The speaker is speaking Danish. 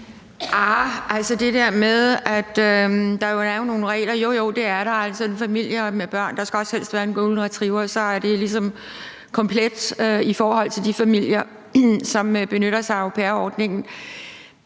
jeg sige, at jo jo, det er der. Altså, det skal være en familie med børn, og der skal også helst være en golden retriever, og så er det ligesom komplet i forhold til de familier, som benytter sig af au pair-ordningen.